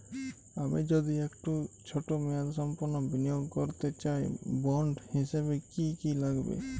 আমি যদি একটু ছোট মেয়াদসম্পন্ন বিনিয়োগ করতে চাই বন্ড হিসেবে কী কী লাগবে?